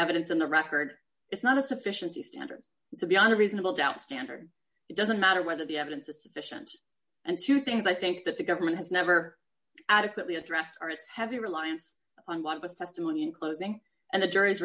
evidence in the record it's not a sufficiency standard so beyond a reasonable doubt standard it doesn't matter whether the evidence is sufficient and two things i think that the government has never adequately addressed or its heavy reliance on one of us testimony in closing and the jury's